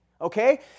okay